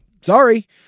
sorry